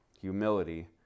Humility